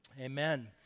Amen